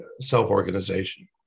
self-organization